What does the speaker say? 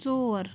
ژور